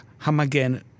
Hamagen